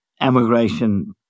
emigration